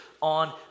on